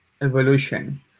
evolution